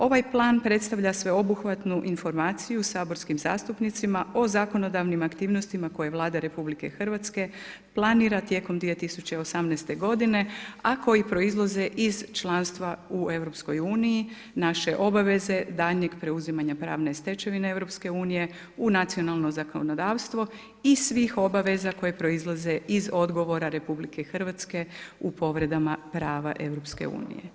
Ovaj Plan predstavlja sveobuhvatnu informaciju saborskim zastupnicima o zakonodavnim aktivnostima koje Vlada RH planira tijekom 2018. godine, a koji proizlaze iz članstva u EU, naše obaveze, daljnjeg preuzimanja pravne stečevine EU u nacionalno zakonodavstvo i svih obaveza koje proizlaze iz odgovora RH u povredama prava EU.